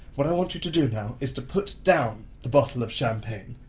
what i want you to do now is to put down the bottle of champagne,